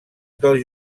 del